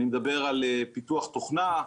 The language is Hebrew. אני מדבר על פיתוח תוכנה,